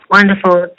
Wonderful